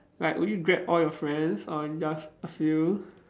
like would you grab all your friends or just a few